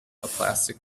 plastic